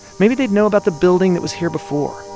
maybe they'd know about the building that was here before,